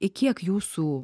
į kiek jūsų